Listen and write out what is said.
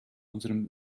unserem